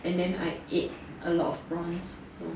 and then I ate a lot of prawns so